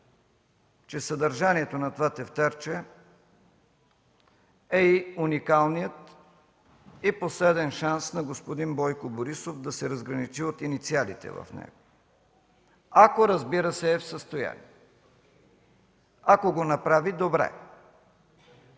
че съдържанието на това тефтерче е и уникалният, и последен шанс на господин Бойко Борисов да се разграничи от инициалите в него, ако, разбира се, е в състояние. Ако го направи – добре!